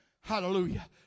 Hallelujah